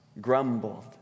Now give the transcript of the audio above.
grumbled